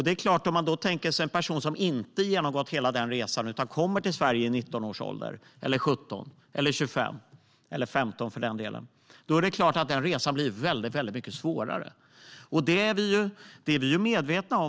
Det är klart att för en person som inte genomgått hela den resan utan kommer till Sverige vid 19 års ålder - eller 17 eller 25 eller 15 - blir resan väldigt mycket svårare. Det är vi ju medvetna om.